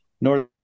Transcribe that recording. North